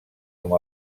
com